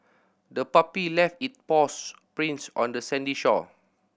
the puppy left it paws prints on the sandy shore